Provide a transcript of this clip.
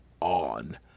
on